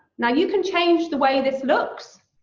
now you can change the way this looks.